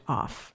off